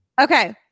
Okay